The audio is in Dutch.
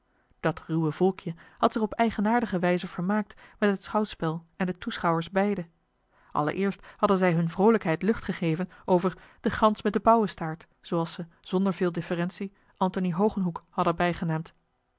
dat ruwe volkje had zich op eigenaardige wijze vermaakt met het schouwspel en de toeschouwers beide allereerst hadden zij hunne vroolijkheid lucht gegeven over de gans met den pauwenstaart zooals ze zonder veel deferentie antony hogenhoeck hadden bijgenaamd